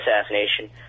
assassination